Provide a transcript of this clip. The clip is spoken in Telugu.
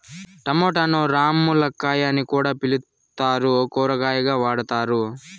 టమోటాను రామ్ములక్కాయ అని కూడా పిలుత్తారు, కూరగాయగా వాడతారు